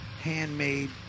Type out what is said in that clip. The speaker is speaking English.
handmade